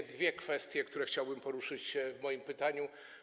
Są dwie kwestie, które chciałbym poruszyć w moim pytaniu.